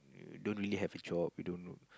don't really have a job you don't